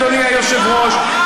אדוני היושב-ראש,